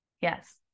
Yes